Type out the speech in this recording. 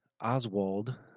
Oswald